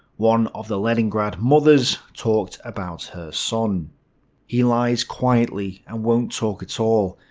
one of the leningrad mothers talked about her son he lies quietly and won't talk at all,